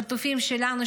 חטופים שלנו,